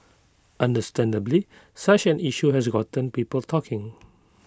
understandably such an issue has gotten people talking